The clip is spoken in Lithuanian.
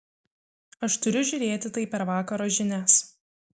aš turiu žiūrėti tai per vakaro žinias